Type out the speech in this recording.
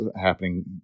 happening